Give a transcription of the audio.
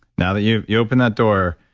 now that you you opened that door,